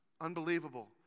unbelievable